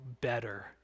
better